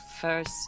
first